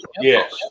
Yes